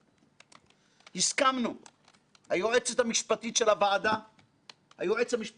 הייתי כיושב-ראש ועדה מוביל לאמירות אישיות,